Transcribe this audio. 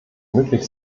möglich